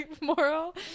moral